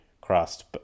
crust